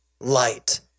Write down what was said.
light